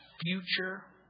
future